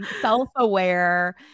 self-aware